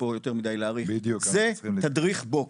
זה תדריך בוקר,